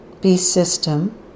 B-System